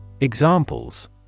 Examples